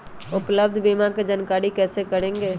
उपलब्ध बीमा के जानकारी कैसे करेगे?